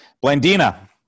Blandina